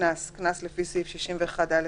קנס לפי סעיף 61(א)(1)